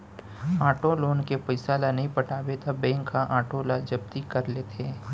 auto loan के पइसा ल नइ पटाबे त बेंक ह आटो ल जब्ती कर लेथे